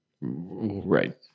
Right